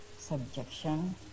Subjection